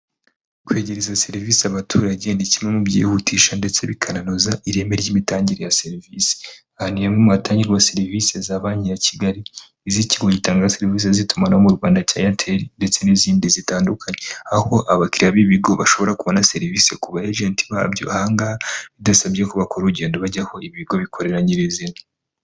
Kwegereza serivisi abaturage ni kimwe mu byihutisha ndetse bikanoza ireme ry'imitangire ya serivisi, aha nihamwe muhatangirwa serivisi za banki ya kigali izikigo gitanga serivise z'itumanaho rwanda cya eyateri, ndetse n'izindi zitandukanye aho abakiriya b'ibigo bashobora kubona serivisi ku bagent babyo ba han bidasabye kuba bakora urugendo bajyaho ibigo bikorera nyiri'zina.